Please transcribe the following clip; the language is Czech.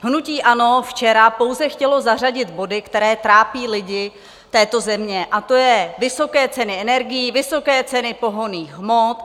Hnutí ANO včera pouze chtělo zařadit body, které trápí lidi této země, to jsou vysoké ceny energií, vysoké ceny pohonných hmot.